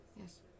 Yes